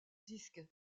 disque